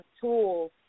tools